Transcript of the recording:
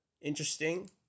Interesting